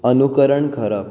अनुकरण करप